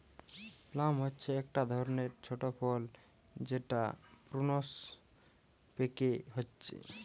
plum হচ্ছে একটা ধরণের ছোট ফল যেটা প্রুনস পেকে হচ্ছে